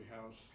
House